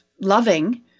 loving